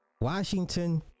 Washington